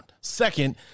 Second